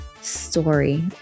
story